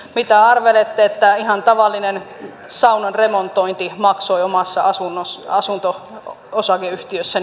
mitä arvelette että ihan tavallinen saunan remontointi maksoi omassa asunto osakeyhtiössäni